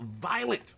Violent